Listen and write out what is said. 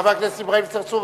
חבר הכנסת אברהים צרצור,